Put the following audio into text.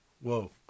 Whoa